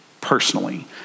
personally